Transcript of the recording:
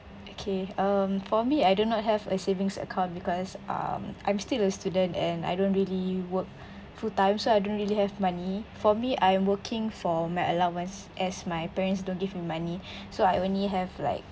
okay um for me I do not have a savings account because um I'm still a student and I don't really work full-time so I don't really have money for me I'm working for my allowance as my parents don't give me money so I only have like